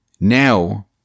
Now